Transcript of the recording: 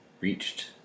reached